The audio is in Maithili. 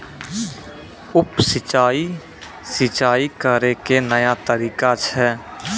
उप सिंचाई, सिंचाई करै के नया तरीका छै